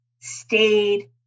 stayed